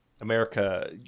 America